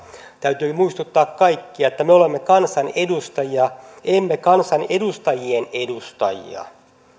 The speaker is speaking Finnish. täytyy muistuttaa kaikkia että me olemme kansan edustajia emme kansanedustajien edustajia